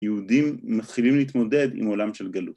‫יהודים מתחילים להתמודד ‫עם עולם של גלות.